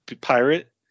pirate